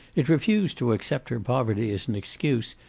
it refused to accept her poverty as an excuse,